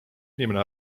inimene